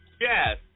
Yes